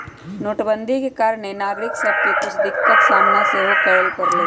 नोटबन्दि के कारणे नागरिक सभके के कुछ दिक्कत सामना सेहो करए परलइ